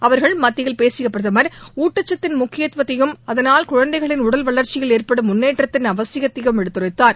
அவர்கள் மத்தியில் பேசிய பிரதமர் ஊட்டச்சத்தின் முக்கியத்துவத்தையும் அதனால் குழந்தைகளின் உடல் வளர்ச்சியில் ஏற்படும் முன்னேற்றத்தின் அவசியத்தையும் எடுத்துரைத்தார்